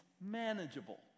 manageable